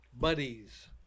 buddies